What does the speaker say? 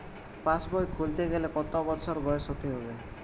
পাশবই খুলতে গেলে কত বছর বয়স হতে হবে?